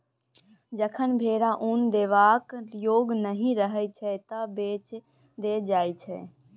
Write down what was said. जखन भेरा उन देबाक जोग नहि रहय छै तए बेच देल जाइ छै